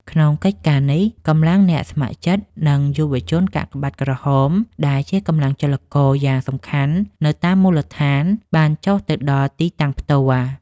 ក្នុងកិច្ចការនេះ កម្លាំងអ្នកស្ម័គ្រចិត្ត និងយុវជនកាកបាទក្រហម ដែលជាកម្លាំងចលករយ៉ាងសំខាន់នៅតាមមូលដ្ឋាន បានចុះទៅដល់ទីតាំងផ្ទាល់។